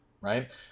right